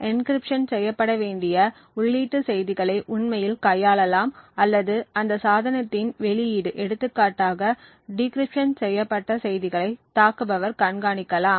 encryption செய்யப்பட வேண்டிய உள்ளீட்டு செய்திகளை உண்மையில் கையாளலாம் அல்லது அந்த சாதனத்தின் வெளியீடு எடுத்துக்காட்டாக டிகிரிப்சன் செய்யப்பட்ட செய்திகளை தாக்குபவர் கண்காணிக்கலாம்